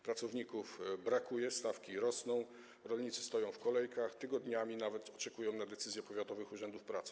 Pracowników brakuje, stawki rosną, rolnicy stoją w kolejkach, tygodniami nawet oczekują na decyzje powiatowych urzędów pracy.